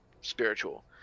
spiritual